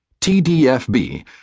TDFB